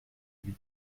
huit